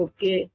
Okay